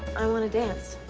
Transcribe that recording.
i want to dance.